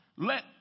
Let